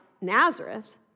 Nazareth